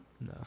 No